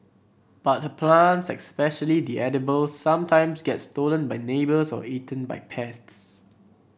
but her plants especially the edibles sometimes get stolen by neighbours or eaten by pests